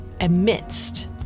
amidst